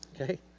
Okay